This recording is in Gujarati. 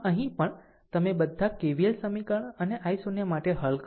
આમ અહીં પણ તમે બધા K V L સમીકરણ અને i0 માટે હલ કરો